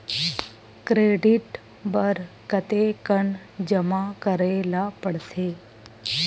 Credit बर कतेकन जमा करे ल पड़थे?